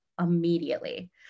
immediately